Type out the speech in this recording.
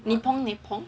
Nippon Nippon